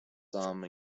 some